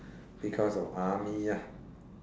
because of army ah